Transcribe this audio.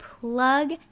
plug